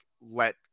let